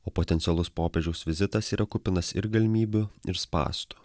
o potencialus popiežiaus vizitas yra kupinas ir galimybių ir spąstų